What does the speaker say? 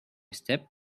step